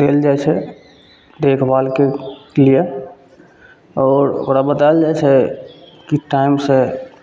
देल जाइ छै देखभालके लिए आओर ओकरा बतायल जाइ छै कि टाइमसँ